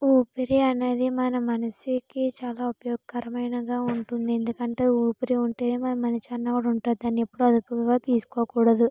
ఊపిరి అనేది మన మనసుకు చాలా ఉపయోగకరమైనదిగా ఉంటుంది ఎందుకంటే ఊపిరి ఉంటే మన మనిషి అన్నోడు ఉంటుంది దాన్ని ఎప్పుడు అదుపుగా తీసుకోకూడదు